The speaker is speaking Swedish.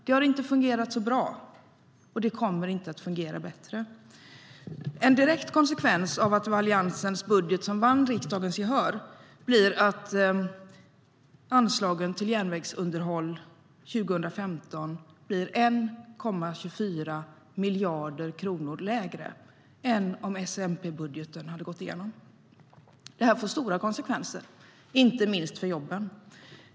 Det har inte fungerat så bra, och det kommer inte att fungera bättre. En direkt konsekvens av att Alliansens budget vann riksdagens gehör blir att anslagen till järnvägsunderhåll 2015 blir 1,24 miljarder kronor lägre än om S-MP-budgeten hade gått igenom. Det får stora konsekvenser, inte minst för jobben.